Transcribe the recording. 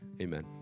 Amen